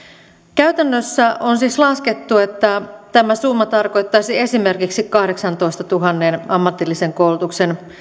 käytännössä on siis laskettu että tämä summa tarkoittaisi esimerkiksi kahdeksantoistatuhannen ammatillisen koulutuksen